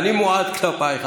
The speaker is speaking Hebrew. אני מועד כלפייך,